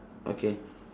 okay